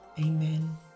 Amen